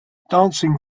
dancing